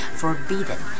forbidden